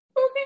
Okay